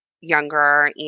younger